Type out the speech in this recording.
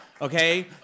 okay